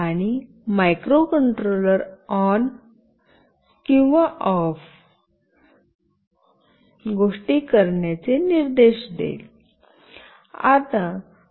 आणि microcontroller on किंवा off गोष्टी करण्याचे निर्देश देईल